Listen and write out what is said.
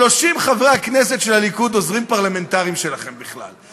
30 חברי הכנסת של הליכוד עוזרים פרלמנטריים שלכם בכלל.